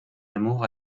amour